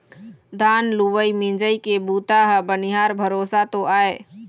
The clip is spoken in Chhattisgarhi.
धान लुवई मिंजई के बूता ह बनिहार भरोसा तो आय